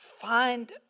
Find